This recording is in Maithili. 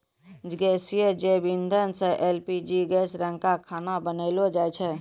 गैसीय जैव इंधन सँ एल.पी.जी गैस रंका खाना बनैलो जाय छै?